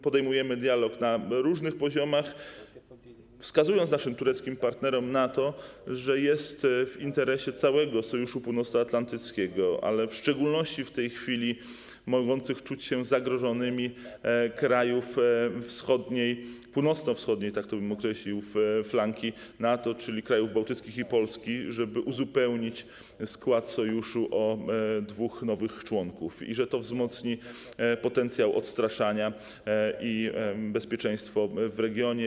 Podejmujemy dialog na różnych poziomach, wskazując naszym tureckim partnerom na to, że jest w interesie całego Sojuszu Północnoatlantyckiego, ale w szczególności w tej chwili w interesie mogących czuć się zagrożonymi krajów północno-wschodniej, tak to bym określił, flanki, czyli krajów bałtyckich i Polski, żeby uzupełnić skład sojuszu o dwóch nowych członków, i że to wzmocni potencjał odstraszania i zwiększy bezpieczeństwo w regionie.